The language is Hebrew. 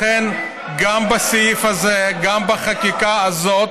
לכן, גם בסעיף הזה, גם בחקיקה הזאת